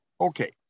Okay